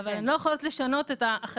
אבל הן לא יכולות לשנות את האחריות